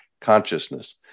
consciousness